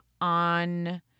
On